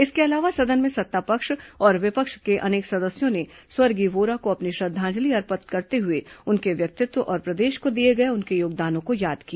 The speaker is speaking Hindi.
इसके अलावा सदन में सत्तापक्ष और विपक्ष के अनेक सदस्यों ने स्वर्गीय वोरा को अपनी श्रद्धांजलि अर्पित करते हुए उनके व्यक्तित्व और प्रदेश को दिए गए उनके योगदानों को याद किया